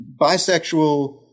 bisexual